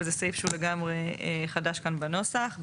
וזה סעיף שהוא לגמרי חדש בנוסח.